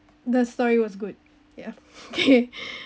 the story was good ya okay